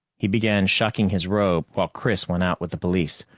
he began shucking his robe while chris went out with the police,